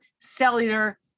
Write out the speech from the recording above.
cellular